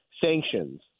sanctions